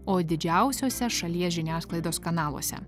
o didžiausiose šalies žiniasklaidos kanaluose